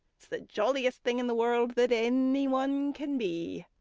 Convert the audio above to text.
that's the j oiliest thing in the world that anyone can be.